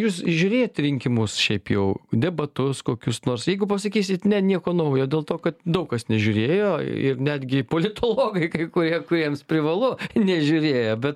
jūs žiūrėjot rinkimus šiaip jau debatus kokius nors jeigu pasakysit ne nieko naujo dėl to kad daug kas nežiūrėjo ir netgi politologai kai kurie kuriems privalu nežiūrėjo bet